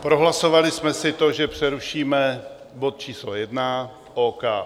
Prohlasovali jsme si to, že přerušíme bod číslo 1. OK.